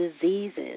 diseases